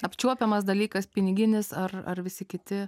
apčiuopiamas dalykas piniginis ar ar visi kiti